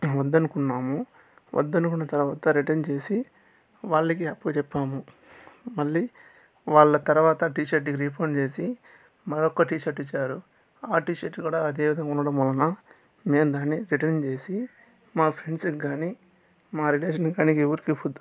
వద్దనుకున్నాము వద్దనుకున్న తర్వాత రిటర్న్ చేసి వాళ్ళకి అప్పజెప్పాము మళ్లీ వాళ్ల తర్వాత టీ షర్ట్కి రీఫండ్ చేసి మరొక టీ షర్ట్ ఇచ్చారు ఆ టీ షర్ట్ కూడా అదే విధంగా ఉండడం మూలన నేను దాన్ని రిటర్న్ చేసి మా ఫ్రెండ్స్కి కానీ మా రిలేషన్కి కానీ ఎవరికి ఇవ్వద్దు